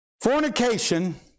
fornication